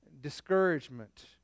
discouragement